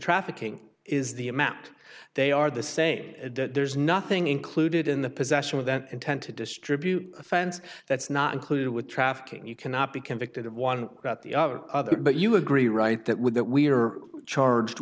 trafficking is the amount they are the say that there's nothing included in the possession of that intent to distribute offense that's not included with trafficking you cannot be convicted of one about the other but you agree right that with that we are charged